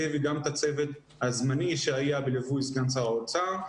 וגם את עבודת הצוות הזמני שהיה בליווי סגן שר האוצר.